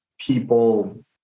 people –